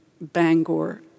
Bangor